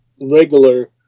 regular